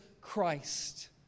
Christ